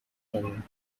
کنیم